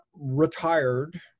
retired